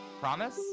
Promise